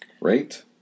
Right